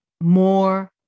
more